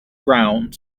round